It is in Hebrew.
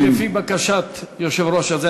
לפי בקשת היושב-ראש הזה,